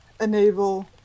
enable